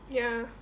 ya